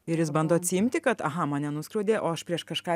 ir jis bando atsiimti kad aha mane nuskriaudė o aš prieš kažką